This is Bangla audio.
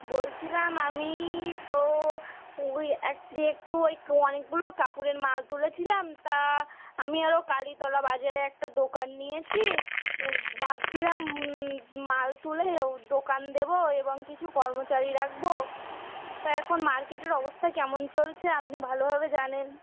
বলছিলাম আমি তো ওই একদিয়ে একটু ওই অনেকগুলো কাপড়ের মাল তুলেছিলাম তা আমি আরও কালীতলা বাজারে একটা দোকান নিয়েছি ভাবছিলাম মাল তুলে ও দোকান দেবো এবং কিছু কর্মচারী রাখব তা এখন মার্কেটের অবস্থা কেমন চলছে আপনি ভালোভাবে জানেন